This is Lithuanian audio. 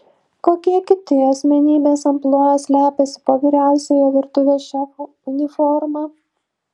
kokie kiti asmenybės amplua slepiasi po vyriausiojo virtuvės šefo uniforma